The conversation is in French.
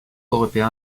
européen